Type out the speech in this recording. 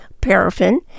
paraffin